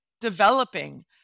developing